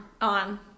On